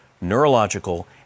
neurological